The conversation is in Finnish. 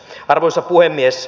arvoisa puhemies